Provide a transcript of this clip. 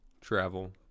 travel